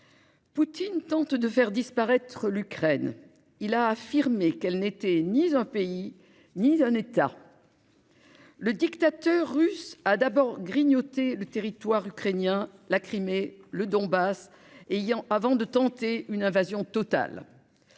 Poutine tente de faire disparaître l'Ukraine. Il a affirmé qu'elle n'était ni un pays ni un État. Le dictateur russe a d'abord grignoté le territoire ukrainien- la Crimée, le Donbass -, avant de tenter une invasion totale.